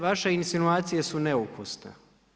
Vaše insinuacije su neukusne.